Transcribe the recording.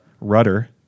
Rudder